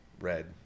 Red